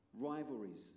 rivalries